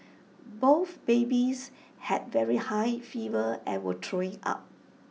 both babies had very high fever and were throwing up